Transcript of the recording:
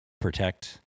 protect